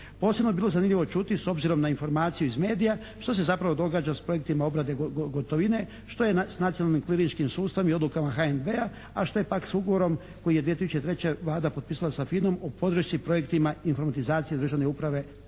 Posebno je bilo zanimljivo čuti s obzirom na informaciju iz medija što se zapravo događa s projektima obrade gotovine, što je s nacionalnim …/Govornik se ne razumije./… sustavom i odlukama HNB-a a što je pak s ugovorom koji je 2003. Vlada potpisala sa FINA-om o podršci projektima informatizacije državne uprave.